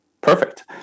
Perfect